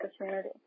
opportunity